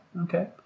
okay